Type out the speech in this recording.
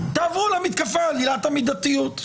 תעברו למתקפה על עילת המידתיות.